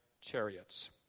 chariots